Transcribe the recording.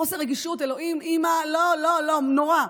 חוסר רגישות, אלוהים, אימא, לא, לא, לא, נורא.